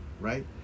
right